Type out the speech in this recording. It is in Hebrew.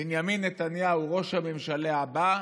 בנימין נתניהו ראש הממשלה הבא,